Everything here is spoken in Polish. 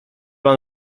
mam